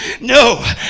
No